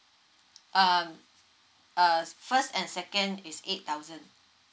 um uh first and second is eight thousand